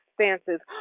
circumstances